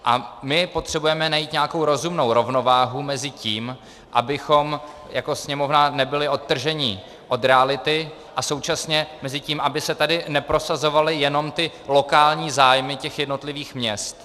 A my potřebujeme najít nějakou rovnováhu mezi tím, abychom jako Sněmovna nebyli odtržení od reality, a současně tím, aby se tady neprosazovaly jenom lokální zájmy těch jednotlivých měst.